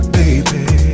baby